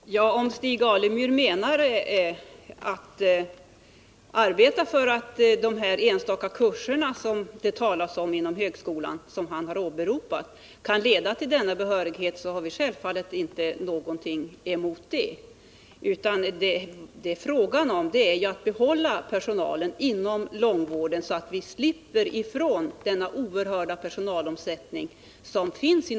Herr talman! Om Stig Alemyr menar att man skall arbeta för att de enstaka kurserna inom högskolan skall kunna ge behörighet, så har vi självfallet inte någonting emot det. Men vad det handlar om, det är ju att behålla personalen inom långtidssjukvården så att vi slipper ifrån den oerhört stora personalomsättning som finns där.